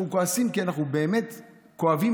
אנחנו כועסים כי אנחנו באמת כואבים.